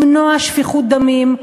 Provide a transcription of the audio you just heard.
למנוע שפיכות דמים,